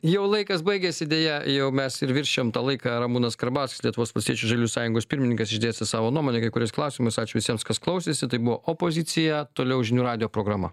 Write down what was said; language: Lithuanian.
jau laikas baigėsi deja jau mes ir viršijom tą laiką ramūnas karbauskis lietuvos valstiečių sąjungos pirmininkas išdėstė savo nuomonę kai kuriais klausimais ačiū visiems kas klausėsi tai buvo opozicija toliau žinių radijo programa